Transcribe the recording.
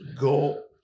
go